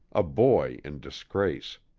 a boy in disgrace.